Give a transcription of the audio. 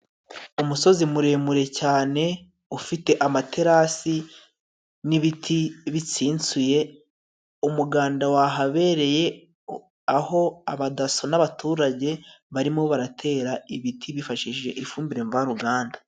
Umusozi muremure cyane ufite amaterasi n'ibiti bitsinsuye umuganda wahabereye aho abadaso n'abaturage barimo baratera ibiti bifashishije ifumbire mvaruganda.